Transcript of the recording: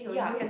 yeah